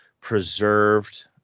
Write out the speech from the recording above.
preserved